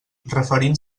referint